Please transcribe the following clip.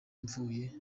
mvuye